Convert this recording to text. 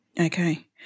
Okay